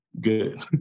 good